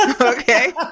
okay